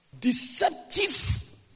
deceptive